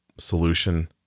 Solution